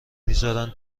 میزارن